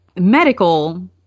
medical